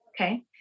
Okay